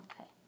Okay